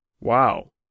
Wow